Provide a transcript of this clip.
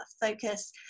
focus